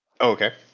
Okay